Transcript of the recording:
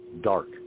dark